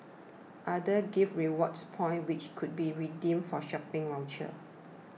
others gave rewards points which could be redeemed for shopping vouchers